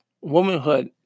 womanhood